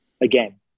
again